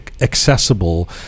accessible